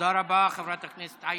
תודה רבה, חברת הכנסת עאידה.